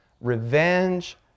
revenge